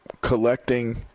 collecting